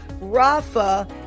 rafa